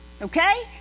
Okay